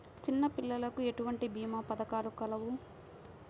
చిన్నపిల్లలకు ఎటువంటి భీమా పథకాలు కలవు?